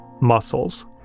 Muscles